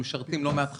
משרתים לא מעט חברות,